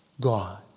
God